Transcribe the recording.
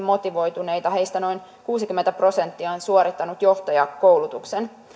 motivoituneita heistä noin kuusikymmentä prosenttia on suorittanut johtajakoulutuksen